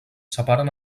separen